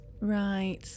Right